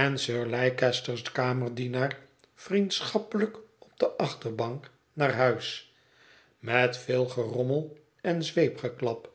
en sir leicester's kamerdienaar vriendschappelijk op de achterbank naar huis met veel gerommel en zweepgeklap